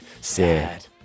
Sad